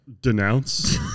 Denounce